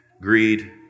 greed